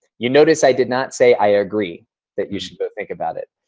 you notice i did not say, i agree that you should think about it.